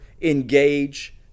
engage